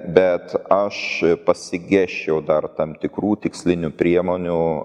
bet aš pasigesčiau dar tam tikrų tikslinių priemonių